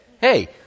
Hey